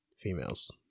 females